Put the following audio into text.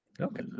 okay